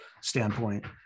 standpoint